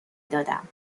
دادم